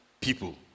people